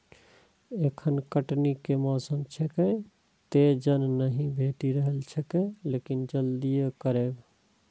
एखन कटनी के मौसम छैक, तें जन नहि भेटि रहल छैक, लेकिन जल्दिए करबै